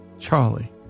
Charlie